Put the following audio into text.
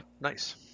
nice